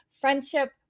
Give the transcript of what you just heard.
friendship